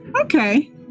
okay